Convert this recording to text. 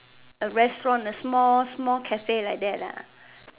A restaurant a small a small Cafe like that lah